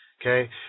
Okay